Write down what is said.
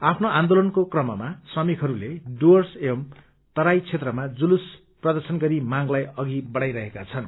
आफ्नो आन्दोलनको कममा श्रमिकहरूले डुर्वस एंव तराई क्षेत्रमा जुलुस प्रर्दशन गरि मांगलाई अघि बढाई रहेका छनु